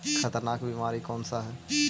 खतरनाक बीमारी कौन सा है?